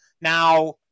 Now